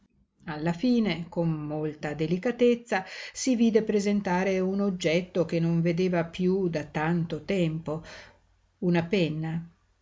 alla fine con molta delicatezza si vide presentare un oggetto che non vedeva piú da tanto tempo una penna